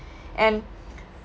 and